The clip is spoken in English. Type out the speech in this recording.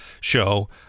show